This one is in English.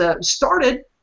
started